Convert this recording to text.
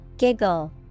Giggle